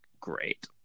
great